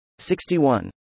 61